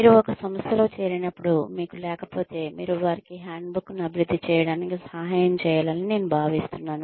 మీరు ఒక సంస్థలో చేరినప్పుడు మీకు లేకపోతే మీరు వారికి హ్యాండ్బుక్ ను అభివృద్ధి చేయాటానికి సహాయం చేయాలని నేను సూచిస్తున్నాను